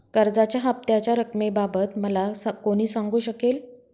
कर्जाच्या हफ्त्याच्या रक्कमेबाबत मला कोण सांगू शकेल?